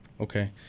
Okay